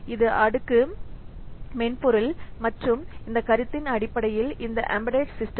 இது அடுக்கு மென்பொருள் மற்றும் இந்த கருத்தின் அடிப்படையில் இந்த ஏம்பாடேட் சிஸ்டம்